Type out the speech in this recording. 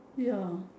ya